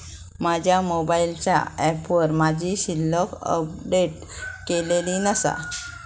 माझ्या मोबाईलच्या ऍपवर माझी शिल्लक अपडेट केलेली नसा